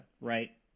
right